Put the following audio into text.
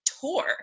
tour